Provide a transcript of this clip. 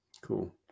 cool